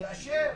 כאשר